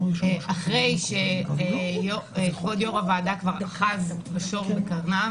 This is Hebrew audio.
לדבר אחרי שכבוד יו"ר הוועדה כבר אחז בשור בקרניו.